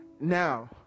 Now